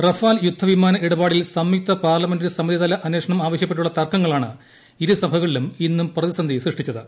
Rafale യുദ്ധ വിമാന ഇടപാടിൽ സംയുക്ത പാർലമെന്ററി സമിതിതല അന്വേഷണം ആവശ്യപ്പെട്ടുള്ള തർക്കങ്ങളാണ് ഇരു സഭകളിലും ഇന്നും പ്രതിസന്ധി സൃഷ്ടിച്ചത്